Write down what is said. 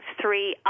three